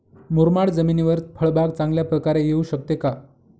मुरमाड जमिनीवर फळबाग चांगल्या प्रकारे येऊ शकते का?